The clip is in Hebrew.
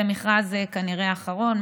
זה מכרז כנראה אחרון,